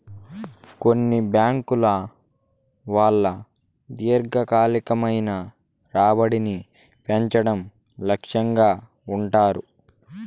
కొన్ని బ్యాంకుల వాళ్ళు దీర్ఘకాలికమైన రాబడిని పెంచడం లక్ష్యంగా ఉంటారు